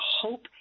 hope